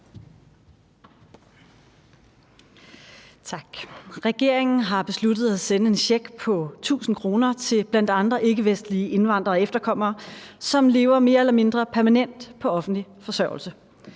Regeringen har besluttet at sende en check på 1.000 kr. til bl.a. ikkevestlige indvandrere og efterkommere, som lever mere eller mindre permanent på offentlig forsørgelse.